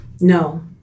No